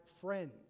friends